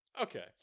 Okay